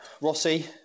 Rossi